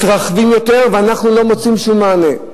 מתרחבים יותר, ואנחנו לא מוצאים שום מענה.